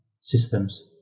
systems